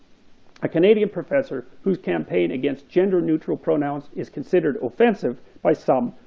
a canadian professor whose campaign against gender-neutral pronouns is considered offensive by some